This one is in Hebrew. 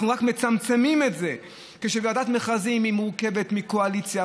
אנחנו רק מצמצמים את זה כשוועדת מכרזים מורכבת מקואליציה,